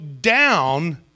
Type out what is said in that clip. down